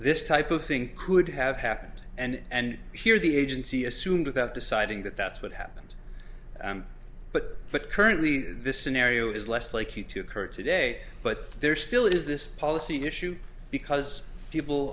this type of thing could have happened and here the agency assumed without deciding that that's what happened but but currently this scenario is less likely to occur today but there still is this policy issue because people